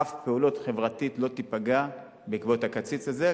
אף פעילות חברתית לא תיפגע בעקבות הקיצוץ הזה,